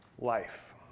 life